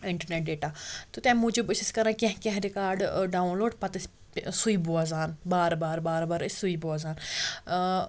internet data تہٕ تمہِ موٗجوٗب أسۍ ٲسۍ کران کیٚنٛہہ کیٚنٛہہ رِکارڈ ٲں ڈاوُن لوڈ پَتہٕ ٲسۍ سُے بوزان بار بار بار بار ٲسۍ سُے بوزان ٲں